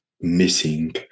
missing